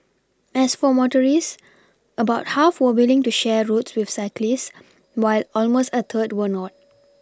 as for motorists about half were willing to share roads with cyclists while almost a third were not